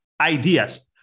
ideas